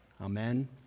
Amen